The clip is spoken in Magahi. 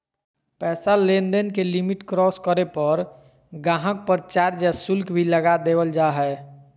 पैसा लेनदेन के लिमिट क्रास करे पर गाहक़ पर चार्ज या शुल्क भी लगा देवल जा हय